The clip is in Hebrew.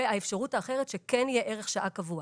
האפשרות האחרת היא שכן יהיה ערך שעה קבוע.